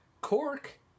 Cork